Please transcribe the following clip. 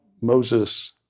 Moses